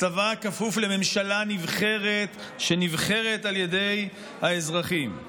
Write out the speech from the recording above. כפוף לממשלה נבחרת, שנבחרת על ידי האזרחים.